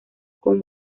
con